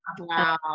Wow